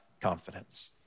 confidence